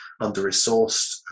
under-resourced